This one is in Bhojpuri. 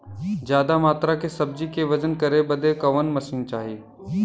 ज्यादा मात्रा के सब्जी के वजन करे बदे कवन मशीन चाही?